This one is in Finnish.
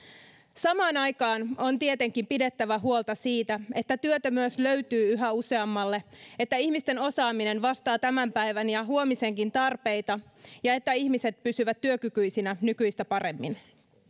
samaan aikaan on tietenkin pidettävä huolta siitä että työtä myös löytyy yhä useammalle että ihmisten osaaminen vastaa tämän päivän ja huomisenkin tarpeita ja että ihmiset pysyvät työkykyisinä nykyistä paremmin